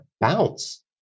Bounce